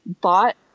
bought